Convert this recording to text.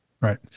Right